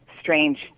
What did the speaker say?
strange